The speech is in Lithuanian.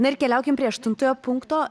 na ir keliaukim prie aštuntojo punkto